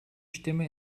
stimme